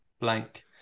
blank